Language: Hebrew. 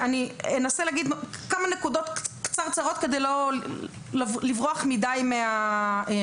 ואני אנסה להגיד כמה נקודות קצרצרות כדי לא לברוח מדי מהנושא.